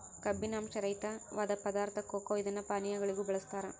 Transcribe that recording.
ಕಬ್ಬಿನಾಂಶ ರಹಿತವಾದ ಪದಾರ್ಥ ಕೊಕೊ ಇದನ್ನು ಪಾನೀಯಗಳಿಗೂ ಬಳಸ್ತಾರ